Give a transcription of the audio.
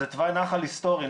זה תוואי נחל הסטורי,